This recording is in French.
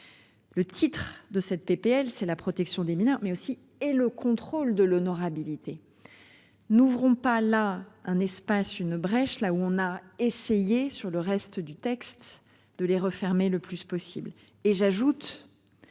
Le titre de cette PPL c'est la protection des mineurs mais aussi et le contrôle de l'honorabilité. N'ouvrons pas là un espace une brèche là où on a essayé sur le reste du texte de les refermer le plus possible